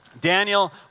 Daniel